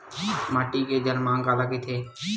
माटी के जलमांग काला कइथे?